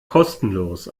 kostenlos